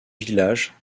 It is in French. village